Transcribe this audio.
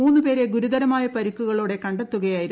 മൂന്ന് പേരെ ഗുരുതരമായ പരിക്കുകളോടെ കണ്ടെത്തുകയായിരുന്നു